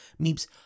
Meeps